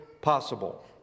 possible